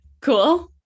cool